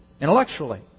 intellectually